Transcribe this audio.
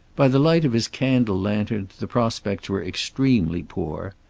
by the light of his candle lantern the prospects were extremely poor.